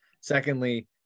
Secondly